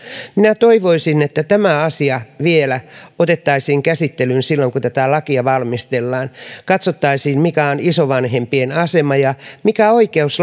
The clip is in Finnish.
minä toivoisin että tämä asia vielä otettaisiin käsittelyyn silloin kun tätä lakia valmistellaan katsottaisiin mikä on isovanhempien asema ja mikä oikeus